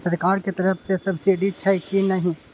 सरकार के तरफ से सब्सीडी छै कि नहिं?